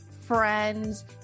friends